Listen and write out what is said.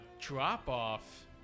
drop-off